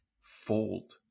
fold